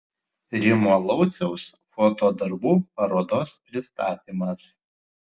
rimo lauciaus foto darbų parodos pristatymas